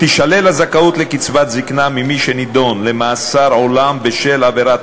תישלל הזכאות לקצבת זיקנה ממי שנידון למאסר עולם בשל עבירת